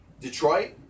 Detroit